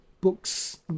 books